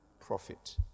profit